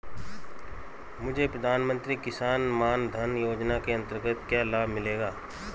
मुझे प्रधानमंत्री किसान मान धन योजना के अंतर्गत क्या लाभ मिलेगा?